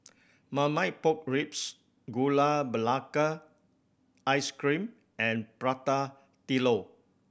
Marmite Pork Ribs Gula Melaka Ice Cream and Prata Telur